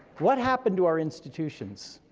what happened to our institutions?